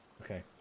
Okay